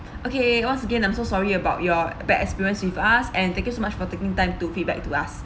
okay once again I'm so sorry about your bad experience with us and thank you so much for taking time to feedback to us